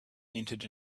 entered